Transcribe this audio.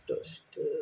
ಅಷ್ಟು ಅಷ್ಟು